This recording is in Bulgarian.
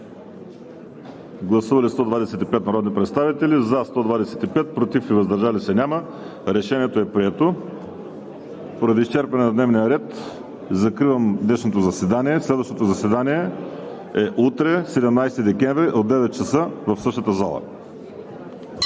Гласували 125 народни представители: за 125, против и въздържали се няма. Решението е прието. Поради изчерпване на дневния ред закривам заседанието. Следващото заседание е утре – 17 декември, от 9,00 ч. в същата зала.